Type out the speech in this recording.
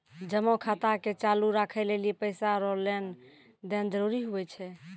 जमा खाता के चालू राखै लेली पैसा रो लेन देन जरूरी हुवै छै